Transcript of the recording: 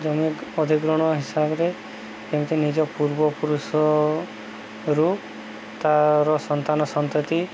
ଜମି ଅଧିଗ୍ରହଣ ହିସାବରେ ଯେମିତି ନିଜ ପୂର୍ବପୁରୁଷରୁ ତାର ସନ୍ତାନ ସନ୍ତତି